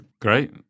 Great